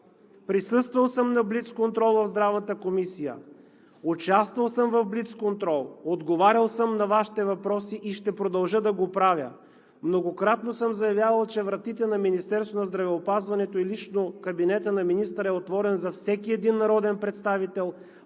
Присъствал съм на блиц контрол в Здравната комисия. Участвал съм в блиц контрол, отговарял съм на Вашите въпроси и ще продължа да го правя. Многократно съм заявявал, че вратите на Министерството на здравеопазването и лично кабинетът на министъра е отворен за всеки един народен представител,